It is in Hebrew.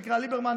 ליברמן,